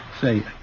Say